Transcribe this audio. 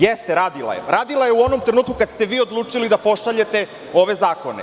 Jeste radila je, radila je u onom trenutku kada ste vi odlučili da pošaljete ove zakone.